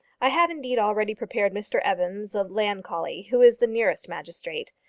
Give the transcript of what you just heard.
i have indeed already prepared mr evans of llancolly, who is the nearest magistrate.